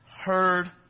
heard